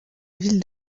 ville